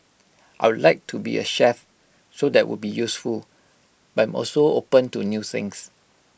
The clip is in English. I'd like to be A chef so that would be useful but I'm also open to new things